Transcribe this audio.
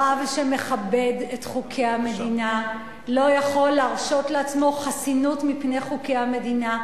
רב שמכבד את חוקי המדינה לא יכול להרשות לעצמו חסינות מפני חוקי המדינה,